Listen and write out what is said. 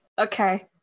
Okay